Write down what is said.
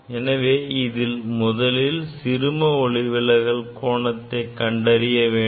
எனவே இதில் முதலில் சிறும ஒளிவிலகல் கோணத்தை கண்டறிய வேண்டும்